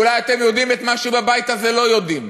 אולי אתם יודעים את מה שבבית הזה לא יודעים,